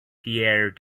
pierre